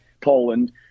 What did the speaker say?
Poland